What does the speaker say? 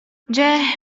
дьэ